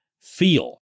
feel